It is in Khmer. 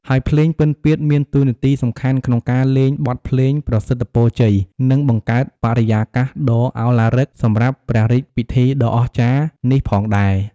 ហើយភ្លេងពិណពាទ្យមានតួនាទីសំខាន់ក្នុងការលេងបទភ្លេងប្រសិទ្ធពរជ័យ និងបង្កើតបរិយាកាសដ៏ឱឡារឹកសម្រាប់ព្រះរាជពិធីដ៏អស្ចារ្យនេះផងដែរ។